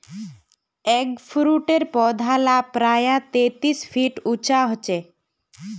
एगफ्रूटेर पौधा ला प्रायः तेतीस फीट उंचा होचे